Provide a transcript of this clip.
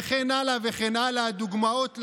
וכן הלאה וכן הלאה דוגמאות לרוב.